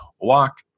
walk